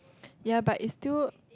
ya but it's still